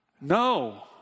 no